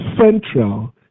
central